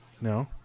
No